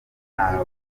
nta